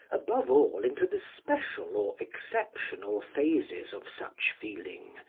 above all, into the special or exceptional phases of such feeling,